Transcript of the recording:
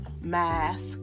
mask